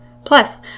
Plus